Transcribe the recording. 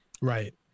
Right